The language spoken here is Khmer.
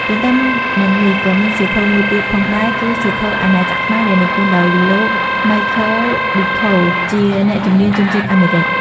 ទន្ទឹមនឹងនេះក៏មានសៀវភៅមួយទៀតផងដែរ គឺ សៀវភៅ អាណាចក្រខ្មែរ ដែលនិពន្ធដោយលោក ម៉ៃឃើល ឌី ខូ Michael D. Coe ជាអ្នកជំនាញជនជាតិអាមេរិក។